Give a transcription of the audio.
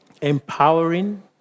empowering